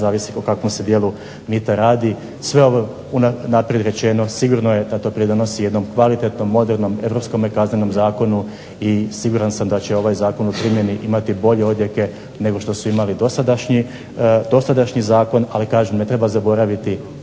zavisno o kakvom se djelu mita radi. Sve ovo unaprijed rečeno sigurno je da doprinosi jednom kvalitetnom, modernom, europskom Kaznenom zakonu i siguran sam da će ovaj zakon u primjeni imati bolje odjeke nego što su imali dosadašnji zakon. Ali kažem ne treba zaboraviti